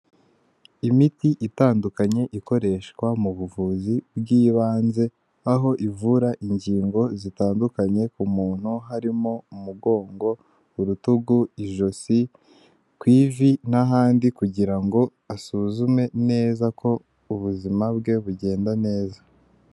Imiti itandukanye ikoreshwa mu buvuzi bw'ibanze aho ivura ingingo zitandukanye ku muntu harimo umugongo, urutugu, ijosi ku ivi, n'ahandi kugira ngo asuzume neza ko ubuzima bwe bugenda neza.